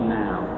now